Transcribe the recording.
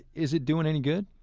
is it doing any good?